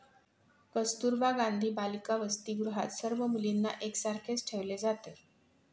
कस्तुरबा गांधी बालिका वसतिगृहात सर्व मुलींना एक सारखेच ठेवले जाते